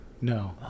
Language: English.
No